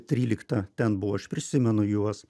trylikta ten buvo aš prisimenu juos